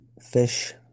fish